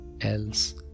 Else